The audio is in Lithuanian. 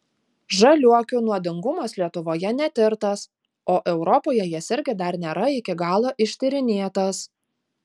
žaliuokių nuodingumas lietuvoje netirtas o europoje jis irgi dar nėra iki galo ištyrinėtas